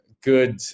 good